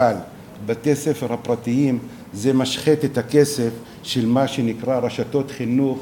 אבל בתי-הספר הפרטיים הם משחטת כסף של מה שנקרא "רשתות חינוך",